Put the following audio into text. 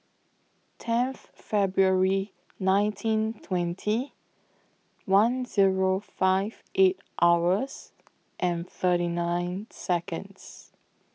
tenth February nineteen twenty one Zero five eight hours and thirty nine Seconds